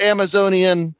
Amazonian